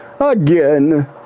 again